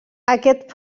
aquest